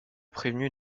prévenu